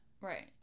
Right